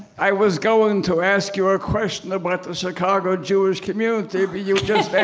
i was going to ask you a question about the chicago jewish community, but you just